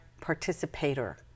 participator